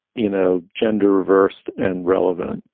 you know, gender reversed and relevant,